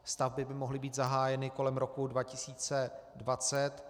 Stavby by mohly být zahájeny kolem roku 2020.